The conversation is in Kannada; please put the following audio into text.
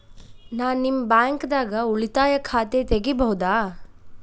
ನಾ ನಿಮ್ಮ ಬ್ಯಾಂಕ್ ದಾಗ ಉಳಿತಾಯ ಖಾತೆ ತೆಗಿಬಹುದ?